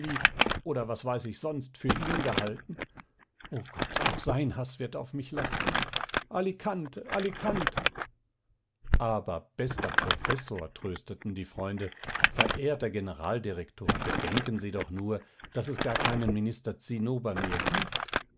oder was weiß ich sonst für ihn gehalten o gott auch sein haß wird auf mich lasten alikante alikante aber bester professor trösteten die freunde verehrter generaldirektor bedenken sie doch nur daß es gar keinen minister zinnober mehr gibt